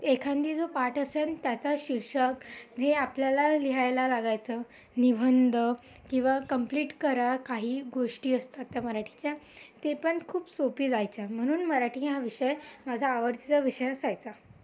एखांदी जो पाठ असेन त्याचा शीर्षक हे आपल्याला लिहायला लागायचं निबंध किंवा कंप्लिट करा काही गोष्टी असतात त्या मराठीच्या ते पण खूप सोपी जायच्या म्हणून मराठी हा विषय माझा आवडतीचा विषय असायचा